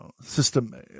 system